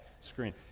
screen